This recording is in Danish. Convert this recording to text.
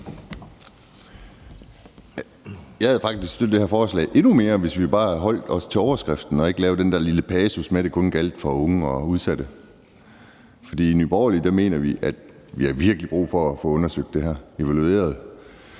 Jeg havde faktisk støttet det her forslag endnu mere, hvis vi bare havde holdt os til overskriften og ikke lavet den der lille passus med, at det kun gjaldt for unge og udsatte. For i Nye Borgerlige mener vi, at man virkelig har brug for at få undersøgt det her og evalueret